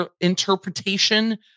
interpretation